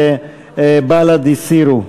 בל"ד הסירו.